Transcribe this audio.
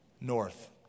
North